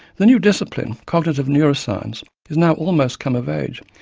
the new discipline, cognitive neuroscience, is now almost come of age,